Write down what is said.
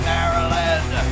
Maryland